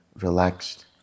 relaxed